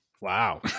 Wow